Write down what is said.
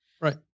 right